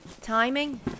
timing